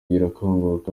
irakongoka